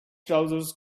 trousers